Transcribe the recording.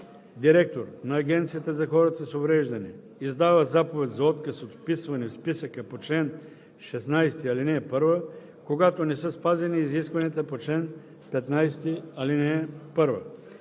директор на Агенцията за хората с увреждания издава заповед за отказ от вписване в списъка по чл. 16, ал. 1, когато не са спазени изискванията по чл. 15, ал. 1.